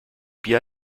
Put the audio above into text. bier